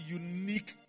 unique